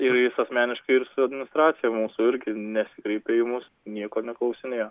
ir jis asmeniškai ir su administracija mūsų irgi nesikreipė į mus nieko neklausinėjo